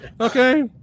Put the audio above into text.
Okay